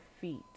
feet